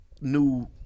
new